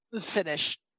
finish